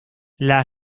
las